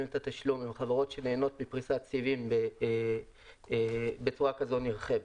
את התשלום הן חברות שנהנות מפריסת סיבים בצורה כזו נרחבת,